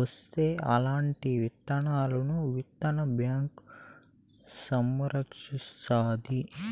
వస్తే అల్లాంటి విత్తనాలను విత్తన బ్యాంకు సంరక్షిస్తాది